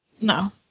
No